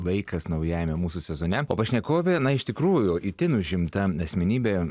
laikas naujajame mūsų sezone o pašnekovė na iš tikrųjų itin užimta asmenybė